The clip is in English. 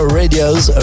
radios